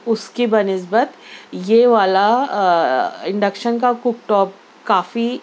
اس کی بہ نسبت یہ والا انڈکشن کا کوک ٹاپ کافی